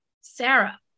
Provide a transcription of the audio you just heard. Sarah